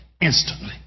instantly